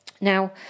Now